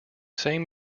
same